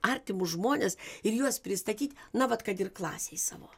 artimus žmones ir juos pristatyti na vat kad ir klasei savo